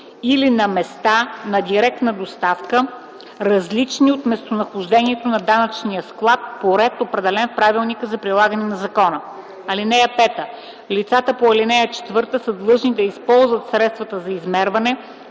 или на места на директна доставка, различни от местонахождението на данъчния склад, по ред, определен в правилника за прилагане на закона. (5) Лицата по ал. 4 са длъжни да използват средствата за измерване,